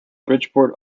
bridgeport